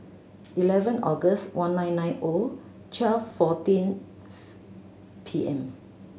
eleven August one nine nine O twelve fourteenth P M